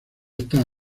estas